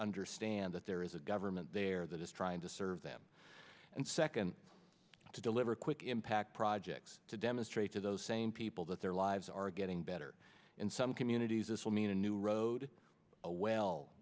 understand that there is a government there that is trying to serve them and second to deliver quick impact projects to demonstrate to those same people that their lives are getting better in some communities this will mean a new road a well